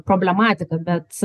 problematika bet